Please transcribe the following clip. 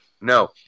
No